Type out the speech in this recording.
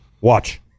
watch